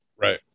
Right